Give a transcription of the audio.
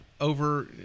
over